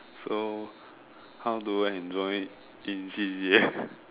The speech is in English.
so how do I enjoy in C_C_A